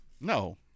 No